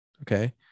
okay